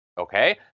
Okay